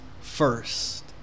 first